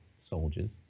soldiers